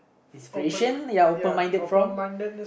it's very asiam ya open minded from